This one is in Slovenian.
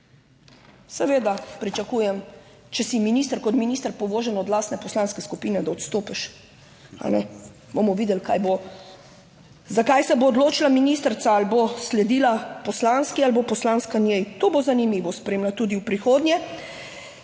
Seveda pričakujem, če si minister kot minister povožen od lastne poslanske skupine, da odstopiš. Bomo videli, kaj bo, za kaj se bo odločila ministrica, ali bo sledila poslanski ali bo poslanska njej. To bo zanimivo spremljati tudi v prihodnje.